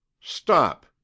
stop